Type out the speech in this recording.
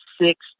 six